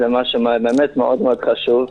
זה משהו באמת מאוד מאוד חשוב.